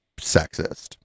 sexist